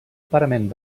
parament